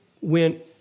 went